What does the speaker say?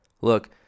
look